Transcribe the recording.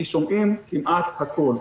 כי שומעים כמעט הכול.